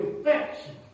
affection